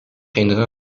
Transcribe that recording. generaal